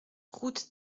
route